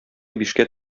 бишкә